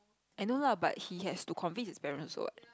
I know lah but he has to convince his parents also what